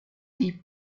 die